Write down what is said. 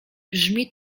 brzmi